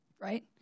right